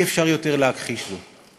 אי-אפשר עוד להכחיש זאת.